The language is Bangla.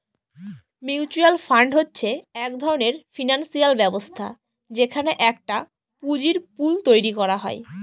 মিউচুয়াল ফান্ড হচ্ছে এক ধরনের ফিনান্সিয়াল ব্যবস্থা যেখানে একটা পুঁজির পুল তৈরী করা হয়